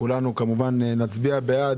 כולנו נצביע בעד.